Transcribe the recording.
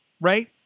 Right